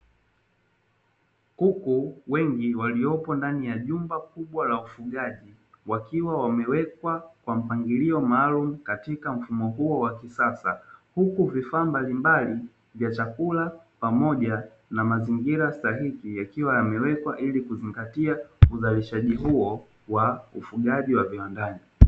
Kuku wengi waliopo ndani ya jumba kubwa la ufugaji, wakiwa wamewekwa kwa mpangilio maalumu katika mfumo huo wa kisasa. Huku vifaa mbalimbali vya chakula pamoja na mazingira sahihi yakiwa yamewekwa ili kuzingatia uzalishaji huo wa ufugaji wa viwandani.